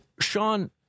sean